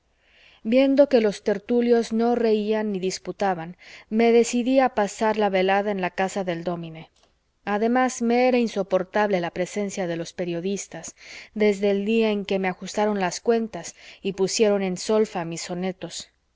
viendo que los tertulios no reían ni disputaban me decidí a pasar la velada en la casa del dómine además me era insoportable la presencia de los periodistas desde el día en que me ajustaron las cuentas y pusieron en solfa mis sonetos